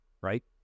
right